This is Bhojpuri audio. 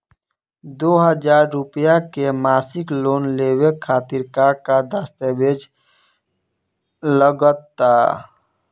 दो हज़ार रुपया के मासिक लोन लेवे खातिर का का दस्तावेजऽ लग त?